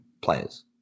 players